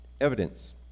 evidence